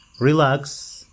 relax